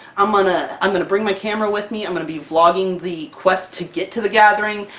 i'm gonna i'm gonna bring my camera with me, i'm going to be vlogging the quest to get to the gathering.